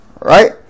right